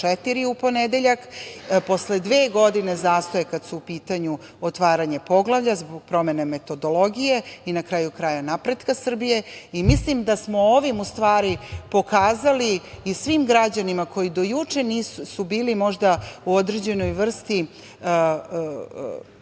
u ponedeljak, posle dve godine zastoja kada su u pitanju otvaranja poglavlja, zbog promene metodologije i, na kraju krajeva, napretka Srbije. Mislim da smo ovim pokazali i svim građanima koji do juče su bili možda u određenoj vrsti